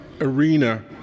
arena